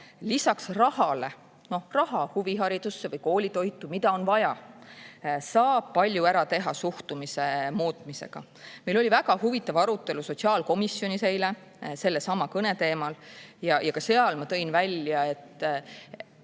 lisaks rahale – raha huviharidusse või koolitoitu, mida on vaja – saab palju ära teha suhtumise muutmisega. Meil oli väga huvitav arutelu sotsiaalkomisjonis eile sellesama kõne teemal. Ka seal ma tõin välja, et